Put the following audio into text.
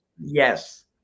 Yes